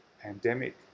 pandemic